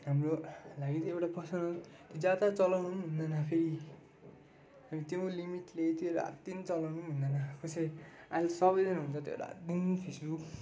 हाम्रो हामी त एउटा पर्सनल ज्यादा चलाउनु हुँदैन फेरि अनि त्यो लिमिटले त्यो रात दिन चलाउनु हुँदैन कसै अहिले सबैजना हुन्छ त्यो रात दिन फेसबुक